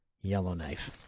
Yellowknife